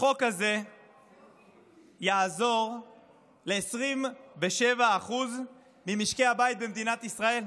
החוק הזה יעזור ל-27% ממשקי הבית במדינת ישראל.